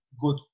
good